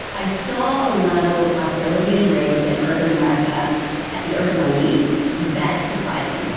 i saw a level of hostility and rage at urban america at the urban elite that surprised me. but